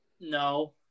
No